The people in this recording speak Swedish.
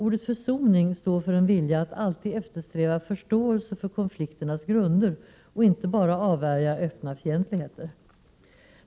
Ordet försoning står för en vilja att alltid eftersträva förståelse för konflikternas grunder och att inte bara avvärja öppna fientligheter.